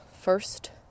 first